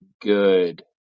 good